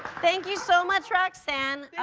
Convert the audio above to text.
thank you so much roxane